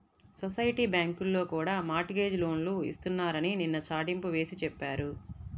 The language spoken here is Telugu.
సొసైటీ బ్యాంకుల్లో కూడా మార్ట్ గేజ్ లోన్లు ఇస్తున్నారని నిన్న చాటింపు వేసి చెప్పారు